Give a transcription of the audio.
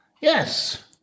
Yes